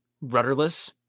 rudderless